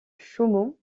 chaumont